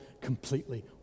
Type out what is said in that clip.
completely